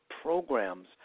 programs